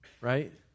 right